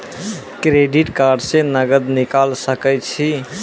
Credit card से नगद निकाल सके छी?